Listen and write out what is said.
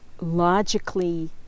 logically